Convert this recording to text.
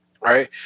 Right